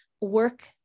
work